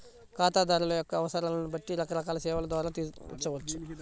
ఖాతాదారుల యొక్క అవసరాలను బట్టి రకరకాల సేవల ద్వారా తీర్చవచ్చు